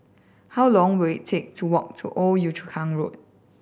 how long will it take to walk to Old Yio Chu Kang Road